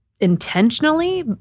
intentionally